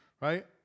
right